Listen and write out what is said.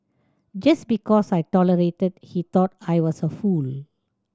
just because I tolerated he thought I was a fool